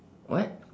what